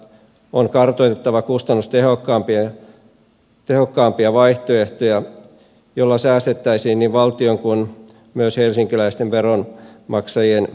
on kartoitettava kustannustehokkaampia vaihtoehtoja joilla säästettäisiin niin valtion kuin myös helsinkiläisten veronmaksajien varoja